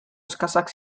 eskasak